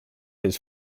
his